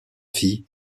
fille